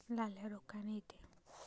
लाल्या रोग कायनं येते?